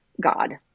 God